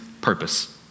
purpose